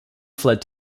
fled